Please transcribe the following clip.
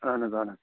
اَہَن حظ اَہَن حظ